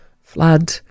flood